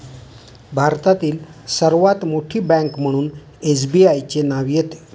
भारतातील सर्वात मोठी बँक म्हणून एसबीआयचे नाव येते